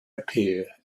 appear